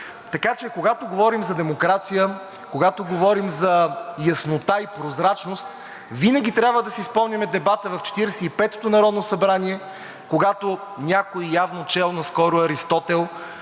Така че, когато говорим за демокрация, когато говорим за яснота и прозрачност, винаги трябва да си спомняме дебата в Четиридесет и петото народно събрание, когато някой, явно чел наскоро Аристотел,